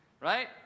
Right